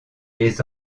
les